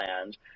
land